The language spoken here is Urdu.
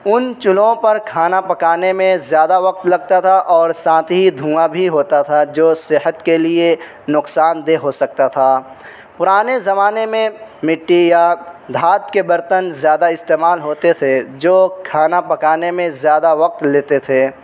ان چولہوں پر کھانا پکانے میں زیادہ وقت لگتا تھا اور ساتھ ہی دھواں بھی ہوتا تھا جو صحت کے لیے نقصان دہ ہو سکتا تھا پرانے زمانے میں مٹی یا دھات کے برتن زیادہ استعمال ہوتے تھے جو کھانا پکانے میں زیادہ وقت لیتے تھے